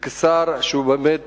והשר, שהוא באמת